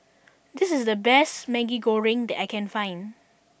this is the best Maggi Goreng that I can find